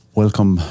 welcome